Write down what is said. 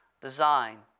design